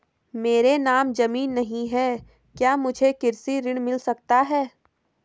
मेरे नाम ज़मीन नहीं है क्या मुझे कृषि ऋण मिल सकता है?